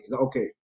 Okay